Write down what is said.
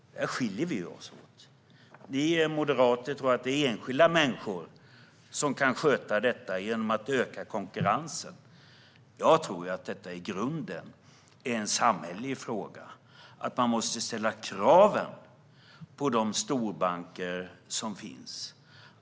Där skiljer vi oss åt. Ni moderater tror att det är enskilda människor som kan sköta detta genom att öka konkurrensen. Jag tror att detta i grunden är en samhällelig fråga. Man måste ställa krav på de storbanker som finns.